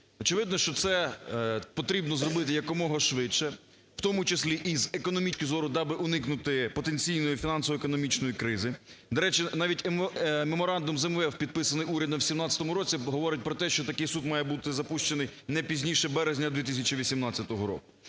Очевидно, що це потрібно зробити якомога швидше, в тому числі і з економічної точки зору, даби уникнути потенційної фінансово-економічної кризи. До речі, навіть меморандум з МВФ, підписаний урядом в 17-му році, говорить про те, що такий суд має бути запущений не пізніше березня 2018 року.